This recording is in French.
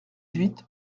huit